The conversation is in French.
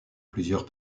plusieurs